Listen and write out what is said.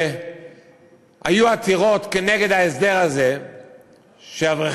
שהיו עתירות כנגד ההסדר הזה שאברכי